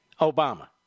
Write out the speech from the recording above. Obama